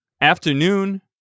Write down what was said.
afternoon